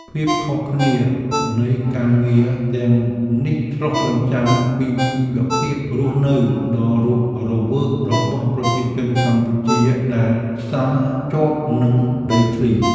ភាពខុសគ្នានៃការងារទាំងនេះឆ្លុះបញ្ចាំងពីជីវភាពរស់នៅដ៏រស់រវើករបស់ប្រជាជនកម្ពុជាដែលផ្សារភ្ជាប់នឹងដីធ្លី។